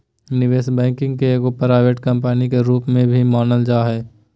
निवेश बैंकिंग के एगो प्राइवेट कम्पनी के रूप में भी मानल जा हय